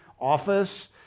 office